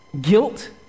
Guilt